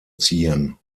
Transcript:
ziehen